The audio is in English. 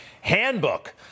handbook